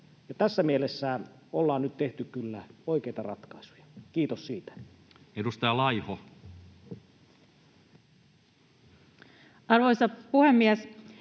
tässä mielessä ollaan nyt tehty kyllä oikeita ratkaisuja. Kiitos siitä. [Speech 172] Speaker: